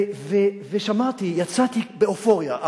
שמעתי, יצאתי באופוריה.